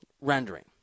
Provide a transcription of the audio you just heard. rendering